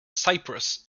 cyprus